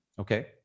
okay